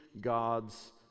God's